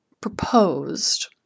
proposed